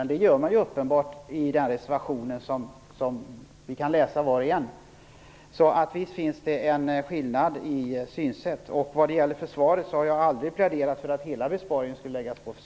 Men uppenbart gör man det i reservationen, som var och en kan läsa. Så visst finns det en skillnad i synsätt. Vad gäller försvaret så har jag aldrig pläderat för att hela besparingen skulle läggas där.